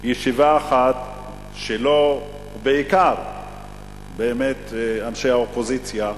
ישיבה אחת שלא הציגו, בעיקר אנשי האופוזיציה,